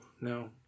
no